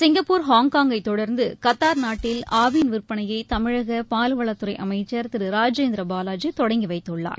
Singapore ஹாங்காங்கைத் தொடர்ந்து Qatar நாட்டில் ஆவின் விற்பனையை தமிழக பால்வளத்துறை அமைச்சர் திரு ராஜேந்திர பாலாஜி தொடங்கிவைத்துள்ளார்